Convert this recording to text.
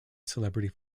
celebrity